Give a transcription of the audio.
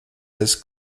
his